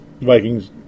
Vikings